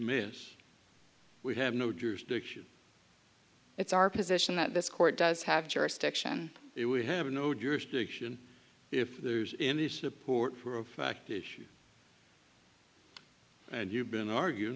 dismiss we have no jurisdiction it's our position that this court does have jurisdiction it we have no jurisdiction if there's any support for a fact issue and you've been arguing